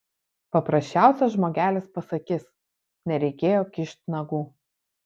paprasčiausias žmogelis pasakys nereikėjo kišt nagų